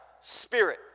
spirit